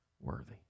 worthy